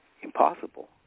impossible